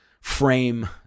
frame